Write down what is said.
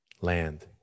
Land